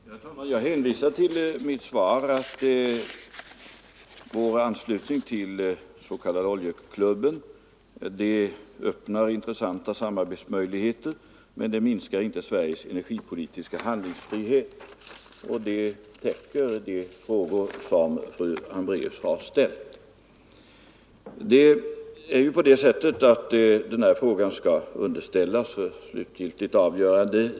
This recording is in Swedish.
Herr talman! Jag hänvisar till mitt svar, att vår anslutning till den s.k. oljeklubben öppnar intressanta samarbetsmöjligheter men minskar inte Sveriges energipolitiska handlingsfrihet. Det svaret täcker de frågor som fru Hambraeus har ställt. Denna fråga skall ju underställas riksdagen för slutgiltigt avgörande.